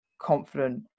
confident